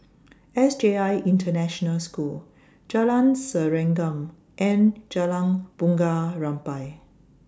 S I J International School Jalan Serengam and Jalan Bunga Rampai